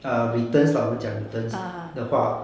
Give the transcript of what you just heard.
err returns 我们讲 returns 的话